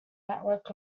network